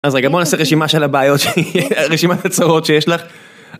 אז רגע בוא נעשה רשימה של הבעיות, רשימת הצרות שיש לך.